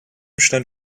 stand